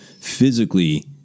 physically